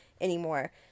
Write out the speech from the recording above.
anymore